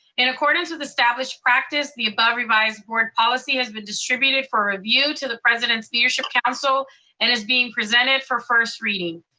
in accordance with established practice, the above revised board policy has been distributed for review to the president's leadership council, and is being presented for first reading.